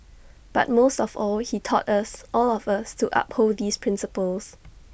but most of all he taught us all of us to uphold these principles